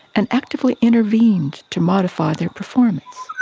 and actively intervened to modify their performance,